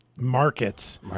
markets